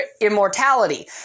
immortality